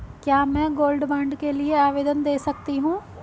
क्या मैं gold bond के लिए आवेदन दे सकती हूँ?